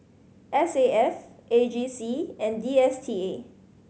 S A F A G C and D S T A